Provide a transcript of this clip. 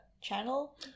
channel